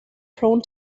prone